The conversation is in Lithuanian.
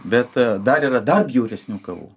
bet dar yra dar bjauresnių kavų